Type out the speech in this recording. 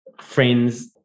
friends